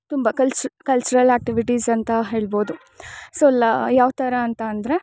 ತುಂಬ ಕಲಿಸು cultural activities ಅಂತ ಹೇಳ್ಬೌದು ಸೊ ಲ ಯಾವ್ತರ ಅಂತ ಅಂದರೆ